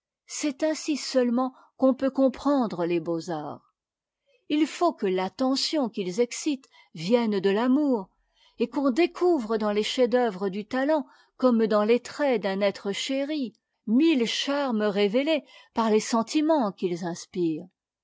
c'est ainsi seulement qu'on peut comprendre les beaux-arts il faut que l'attention qu'ils excitent vienne de l'amour et qu'on découvre dans les chefs-d'œuvre du talent comme dans les traits d'un être chéri mille charmes révélés par les sentiments qu'ils inspirent